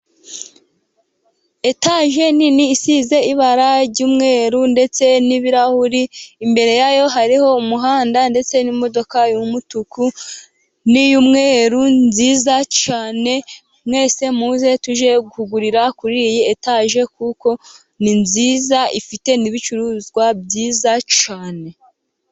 Etaje nini, isize ibara ry'umweru ndetse n'ibirahuri, imbere yayo hariho umuhanda ndetse n'imodoka y'umutuku, n'iy'umweru nziza cyane, mwese muze tujye kugurira kuri iyi etaje, kuko ni nziza, ifite n'ibicuruzwa byiza cyane.